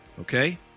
Okay